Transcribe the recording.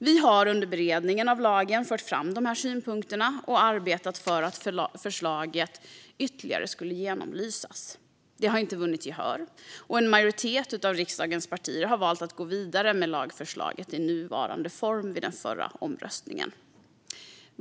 Vi har under beredningen av lagen fört fram dessa synpunkter och arbetat för att förslaget skulle genomlysas ytterligare. Det har inte vunnit gehör, och en majoritet av riksdagens partier valde att gå vidare med lagförslaget i dess nuvarande form vid den förra omröstningen.